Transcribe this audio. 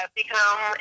become